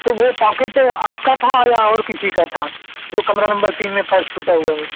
तो वो पॉकेट आपका था या और किसी का था जो कमरा नंबर तीन में पर्स छूटा हुआ है